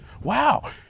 Wow